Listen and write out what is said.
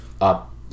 up